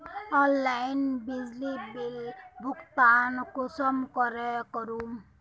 Online बिजली bill भुगतान कुंसम करे करूम?